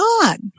God